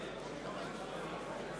מצביעה השר יולי